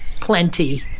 plenty